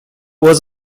was